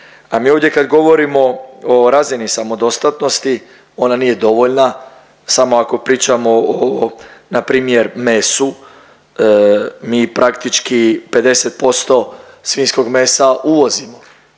A mi ovdje kad govorimo o razini samodostatnosti ona nije dovoljna samo ako pričamo o npr. mesu, mi praktički 50% svinjskog mesa uvozimo,